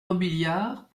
robiliard